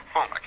Boom